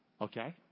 okay